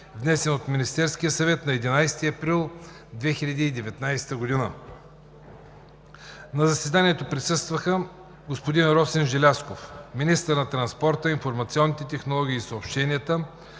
внесен от Министерския съвет на 11 април 2019 г. На заседанието присъстваха: господин Росен Желязков – министър на транспорта, информационните технологии и съобщенията,